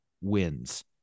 wins